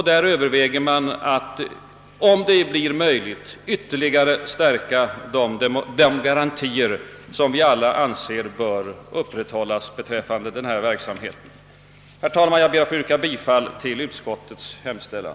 Där överväger man, om det är möjligt, att ytterligare stärka de garantier som vi alla anser bör upprätthållas beträffande denna verksamhet. Herr talman! Jag ber att få yrka bifall till utskottets hemställan.